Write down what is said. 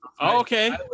okay